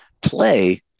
play